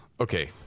Okay